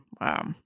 Wow